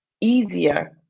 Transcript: easier